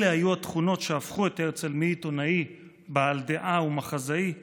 אלה היו התכונות שהפכו את הרצל מעיתונאי בעל דעה ומחזאי למנהיג.